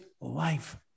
life